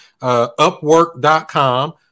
Upwork.com